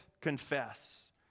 confess